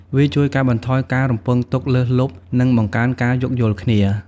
វាជួយកាត់បន្ថយការរំពឹងទុកលើសលប់ និងបង្កើនការយោគយល់គ្នា។